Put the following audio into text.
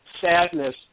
sadness